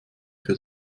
für